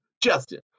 Justin